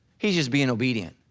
he's just being obedient.